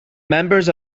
members